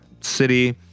city